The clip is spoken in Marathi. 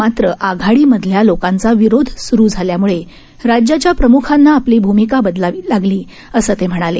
मात्र आघाडी मधल्या लोकांचा विरोध स्रु झाल्यामुळे राज्याच्या प्रम्खांना आपली भूमिका बदलावी लागली असं ते म्हणाले